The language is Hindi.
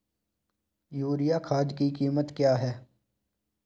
यूरिया खाद की कीमत क्या है?